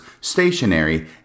stationary